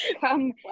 come